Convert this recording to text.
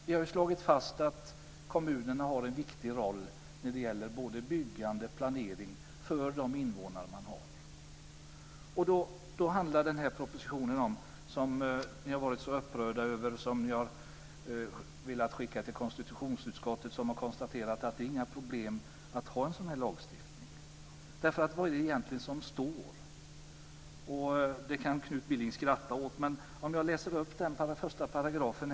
Vi har slagit fast att kommunerna har en viktig roll när det gäller både byggande och planering för de invånare som finns. Ni har varit så upprörda över denna proposition och velat skicka den till konstitutionsutskottet, som har konstaterat att det inte är några problem med en sådan lagstiftning. Vad står det egentligen? Knut Billing kan skratta åt det, men jag ska läsa upp den första paragrafen.